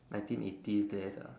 nineteen eighties desk ah